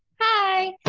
hi,